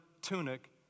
tunic